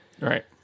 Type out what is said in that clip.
Right